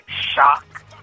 shock